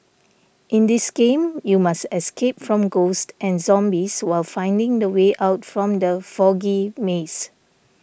in this game you must escape from ghosts and zombies while finding the way out from the foggy maze